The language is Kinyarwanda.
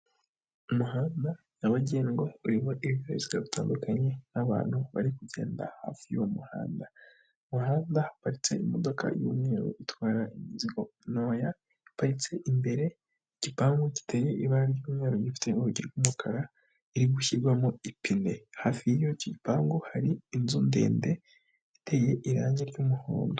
Umuhanda nyabagendwa urimo ibinyabiziga bitandukanye, abantu bari kugenda hafi y'uwo muhanda. Mu muhanda haparitse imodoka y'umweru itwara imizigo ntoya, iparitse imbere y'igipangu giteye ibara ry'mweru, gifite urugi rw'umukara, iri gushyirwamo ipine, hafi y'icyo gipangu hari inzu ndende iteye irangi ry'umuhondo.